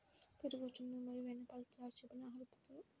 పెరుగు, జున్ను మరియు వెన్నపాలతో తయారు చేయబడిన ఆహార ఉత్పత్తులు